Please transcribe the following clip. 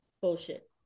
Bullshit